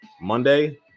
Monday